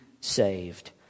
saved